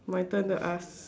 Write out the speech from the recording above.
my turn to ask